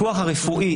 רפואי,